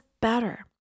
better